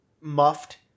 muffed